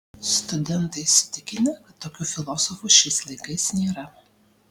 studentai įsitikinę kad tokių filosofų šiais laikais nėra